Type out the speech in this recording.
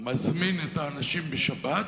מזמין את האנשים בשבת,